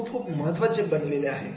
हे खूप खूप महत्त्वाचे बनलेले आहे